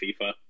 FIFA